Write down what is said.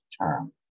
term